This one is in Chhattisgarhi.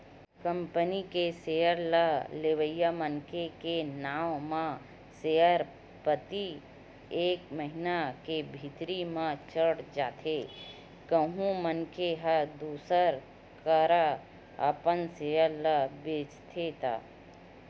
कंपनी के सेयर ल लेवइया मनखे के नांव म सेयर पाती एक महिना के भीतरी म चढ़ जाथे कहूं मनखे ह दूसर करा अपन सेयर ल बेंचथे त